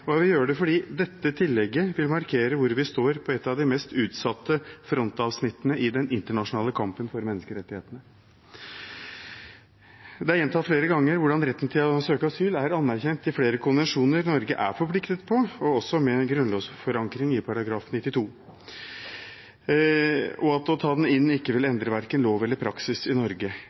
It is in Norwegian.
og jeg vil gjøre det fordi dette tillegget vil markere hvor vi står på et av de mest utsatte frontavsnittene i den internasjonale kampen for menneskerettighetene. Det er gjentatt flere ganger hvordan retten til å søke asyl er anerkjent i flere konvensjoner Norge er forpliktet av, også med grunnlovsforankring i § 92, og å ta den inn ikke vil endre verken lov eller praksis i Norge.